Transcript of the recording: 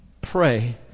pray